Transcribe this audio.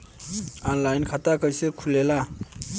Online खाता कइसे खुलेला?